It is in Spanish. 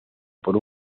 por